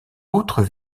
autre